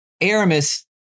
Aramis